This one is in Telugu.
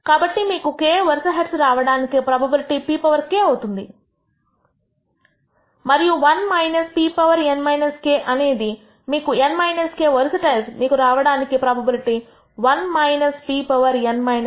కాబట్టి మీకు k వరుస హెడ్స్ రావడానికి ప్రోబబిలిటీ pk అవుతుంది మరియు 1 pn - k అనేది మీకు n k వరుస టెయిల్స్ మీకు రావడానికి ప్రోబబిలిటీ 1 pn - k అవుతుంది